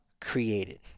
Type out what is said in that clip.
created